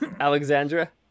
Alexandra